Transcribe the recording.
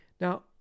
Now